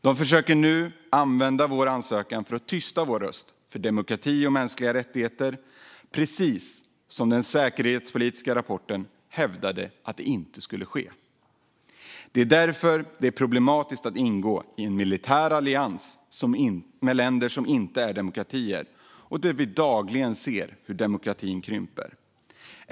De försöker nu använda vår ansökan för att tysta vår röst för demokrati och mänskliga rättigheter, precis det som i den säkerhetspolitiska rapporten hävdades inte skulle ske. Det är därför det är problematiskt att ingå i en militär allians med länder som inte är demokratier och där vi dagligen ser hur demokratin krymper.